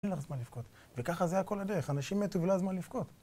אין לך זמן לבכות, וככה זה היה כל הדרך, אנשים מתו ולא הזמן לבכות.